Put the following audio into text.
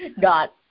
got